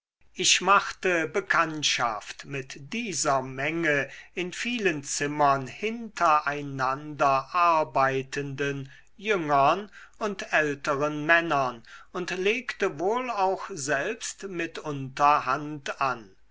ich machte bekanntschaft mit dieser menge in vielen zimmern hinter einander arbeitenden jüngern und älteren männern und legte auch wohl selbst mitunter hand an